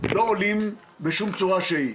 לא עולים בשום צורה שהיא.